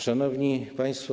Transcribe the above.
Szanowni Państwo!